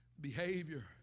behavior